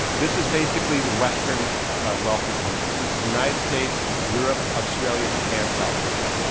this is basically the western wealthy countries. this is united states, europe, australia, japan, south korea.